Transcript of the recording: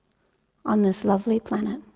on this lovely planet,